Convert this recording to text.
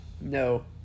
No